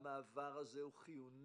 המעבר הזה הוא חיוני,